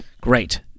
Great